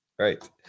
Right